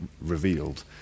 revealed